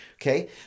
Okay